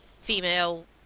female